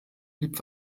blieb